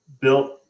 built